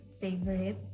Favorite